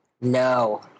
No